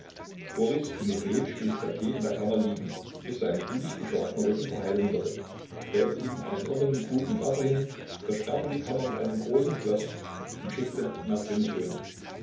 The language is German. boris timofejitsch ließ ssergej in der kammer liegen bis sein blutiggeschlagener rücken verheilen würde stellte ihm einen irdenen krug mit wasser hin versperrte die kammer mit einem großen schloß und schickte nach dem sohn